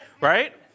right